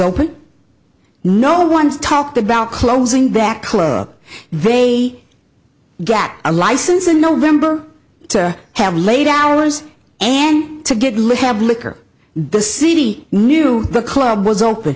open no one's talked about closing that closer they get a license in november to have laid ours and to get lit have liquor the city knew the club was open